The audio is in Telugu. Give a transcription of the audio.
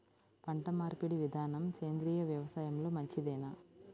పంటమార్పిడి విధానము సేంద్రియ వ్యవసాయంలో మంచిదేనా?